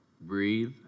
Breathe